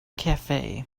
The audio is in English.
cafe